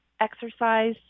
exercise